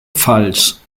pfalz